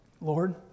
Lord